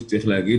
צריך להגיד,